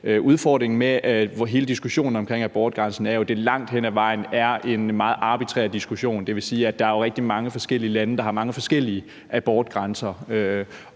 udfordringen med hele diskussionen om abortgrænsen er jo, at det langt hen ad vejen er en meget arbitrær diskussion. Det vil sige, at der jo er rigtig mange forskellige lande, der har mange forskellige abortgrænser,